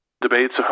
debates